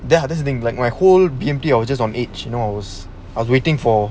then that's just thing like my whole B_M_T was just on edge you know I was waiting for